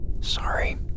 Sorry